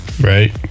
Right